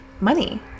money